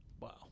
Wow